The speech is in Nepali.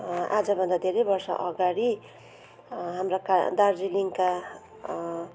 आजभन्दा धेरै वर्षअगाडि हाम्रा का दार्जिलिङका